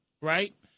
right